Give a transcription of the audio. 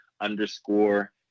underscore